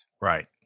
right